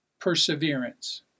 perseverance